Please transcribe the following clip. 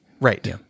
Right